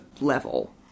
level